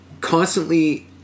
constantly